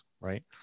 Right